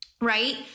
Right